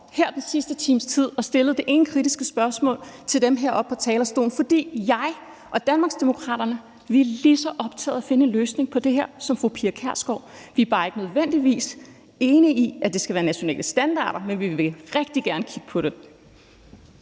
her den sidste times tid og stillet det ene kritiske spørgsmål efter det andet til ordførere oppe på talerstolen, fordi jeg og Danmarksdemokraterne er lige så optaget af at finde en løsning på det her, som fru Pia Kjærsgaard er. Vi er bare ikke nødvendigvis enige i, at det skal være nationale standarder, men vi vil rigtig gerne kigge på det.